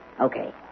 Okay